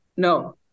No